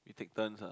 we take turns ah